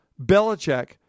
Belichick